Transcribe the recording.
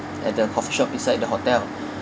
at the coffee shop beside the hotel